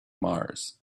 mars